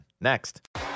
next